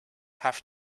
have